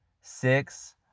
six